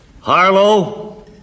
Harlow